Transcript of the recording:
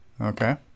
Okay